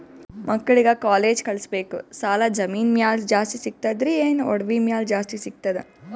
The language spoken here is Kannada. ಮಕ್ಕಳಿಗ ಕಾಲೇಜ್ ಕಳಸಬೇಕು, ಸಾಲ ಜಮೀನ ಮ್ಯಾಲ ಜಾಸ್ತಿ ಸಿಗ್ತದ್ರಿ, ಏನ ಒಡವಿ ಮ್ಯಾಲ ಜಾಸ್ತಿ ಸಿಗತದ?